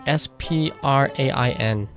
sprain